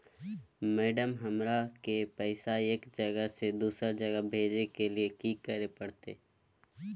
Madam, हमरा के पैसा एक जगह से दुसर जगह भेजे के लिए की की करे परते?